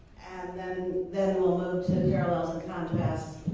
then, then we'll move to parallels and contrasts